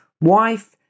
wife